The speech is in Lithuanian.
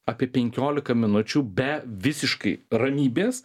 apie penkiolika minučių be visiškai ramybės